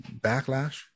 backlash